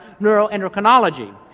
Neuroendocrinology